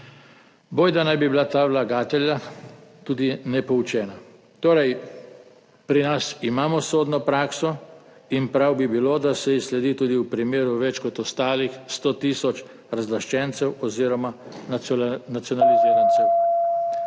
Bojda naj bi bila ta vlagatelja tudi nepoučena. Torej, pri nas imamo sodno prakso in prav bi bilo, da se ji sledi tudi v primeru ostalih več kot 100 tisočih razlaščencev oziroma nacionalizirancev.